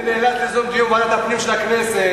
אני נאלץ ליזום דיון בוועדת הפנים של הכנסת.